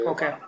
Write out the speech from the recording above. Okay